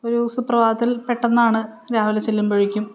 ഒരു സുപ്രപാതത്തിൽ പെട്ടെന്നാണ് രാവിലെ ചെല്ലുമ്പോഴേക്കും